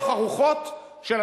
שקט, די,